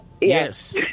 yes